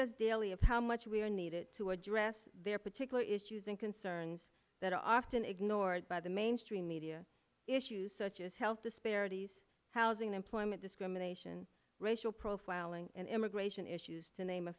us daily of how much we are needed to address their particular issues and concerns that are often ignored by the mainstream media issues such as health disparities housing employment discrimination racial profiling and immigration issues to name a